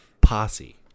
posse